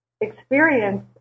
experience